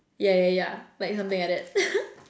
ya ya ya like something like that